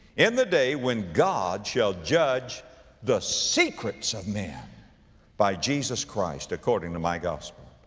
in the day when god shall judge the secrets of men by jesus christ according to my gospel.